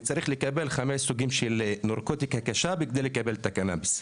וצריך לקבל חמישה סוגים של נרקוטיקה קשה בכדי לקבל את הקנביס.